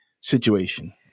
situation